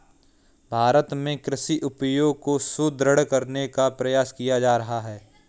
भारत में कृषि उद्योग को सुदृढ़ करने का प्रयास किया जा रहा है